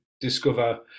discover